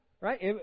Right